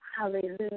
Hallelujah